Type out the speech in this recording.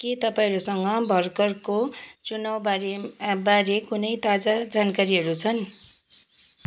के तपाईँहरूसँग भर्खरको चुनाउबारे बारे कुनै ताजा जानकारीहरू छन्